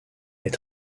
est